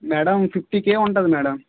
madam fifty K ఉంటుంది madam